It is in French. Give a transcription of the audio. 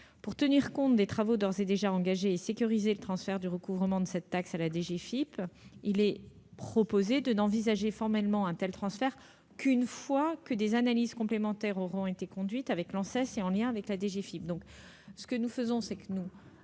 Pour tenir compte des travaux d'ores et déjà engagés et sécuriser le transfert du recouvrement de cette taxe à la DGFiP, il est proposé de n'envisager formellement un tel transfert qu'une fois les analyses complémentaires conduites avec l'Anses, en lien avec la DGFiP.